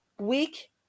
week